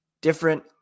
Different